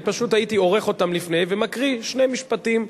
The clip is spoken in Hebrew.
אני פשוט הייתי עורך אותם לפני ומקריא שני משפטים,